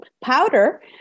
powder